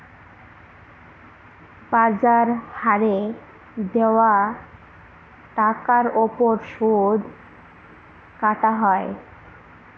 বাজার হারে দেওয়া টাকার ওপর সুদ কাটা হয়